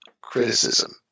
criticism